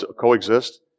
coexist